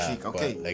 Okay